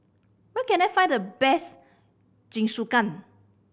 where can I find the best Jingisukan